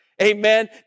Amen